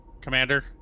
Commander